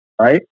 right